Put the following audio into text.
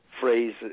phrase